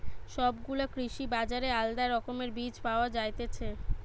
সব গুলা কৃষি বাজারে আলদা রকমের বীজ পায়া যায়তিছে